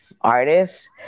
artists